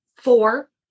Four